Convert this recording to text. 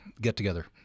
get-together